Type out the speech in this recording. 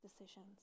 decisions